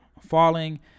falling